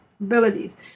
abilities